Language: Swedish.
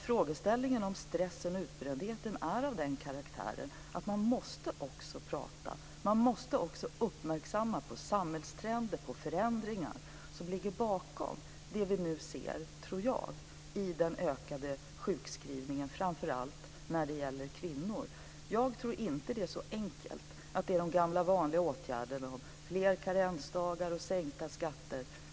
Frågeställningen om stressen och utbrändheten är av den karaktären att man också måste prata. Man måste också uppmärksamma samhällstrender och förändringar som ligger bakom det vi nu ser, tror jag, när det gäller ökade sjukskrivningar, framför allt bland kvinnor. Jag tror inte att det är så enkelt att det är de gamla vanliga åtgärderna fler karensdagar och sänkta skatter som behövs.